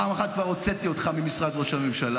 פעם אחת כבר הוצאתי אותך ממשרד ראש הממשלה.